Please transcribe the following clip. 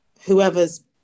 whoever's